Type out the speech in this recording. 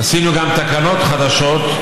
עשינו גם תקנות חדשות,